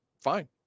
Fine